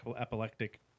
epileptic